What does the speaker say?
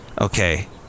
Okay